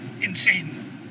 insane